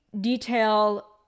detail